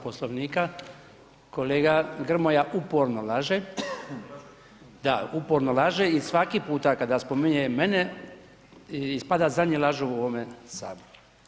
Poslovnika, kolega Grmoja uporno laže, da uporno laže i svaki puta kada spominje mene ispada zadnji lažov u ovome saboru.